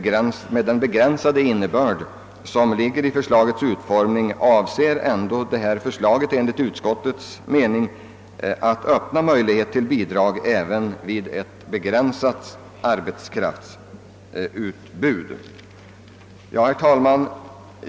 Trots den begränsning som ligger i förslagets utformning avser detta enligt utskottets mening att öppna möjligheter till bidrag även vid begränsat arbetskraftsutbud.